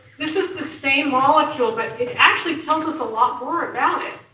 this is the same molecule but it actually tells us a lot more about it.